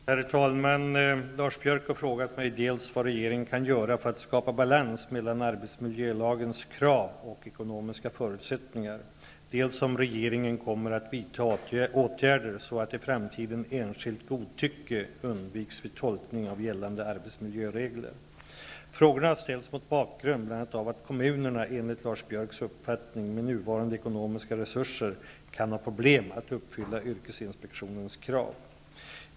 Herr talman! Lars Biörck har frågat mig dels vad regeringen kan göra för att skapa balans mellan arbetsmiljölagens krav och ekonomiska förutsättningar, dels om regeringen kommer att vidta åtgärder så att i framtiden enskilt godtycke undviks vid tolkning av gällande arbetsmiljöregler. Frågorna har ställts mot bakgrund bl.a. av att kommunerna, enligt Lars Biörcks uppfattning, med nuvarande ekonomiska resurser kan ha problem med att uppfylla yrkesinspektionens krav.